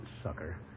sucker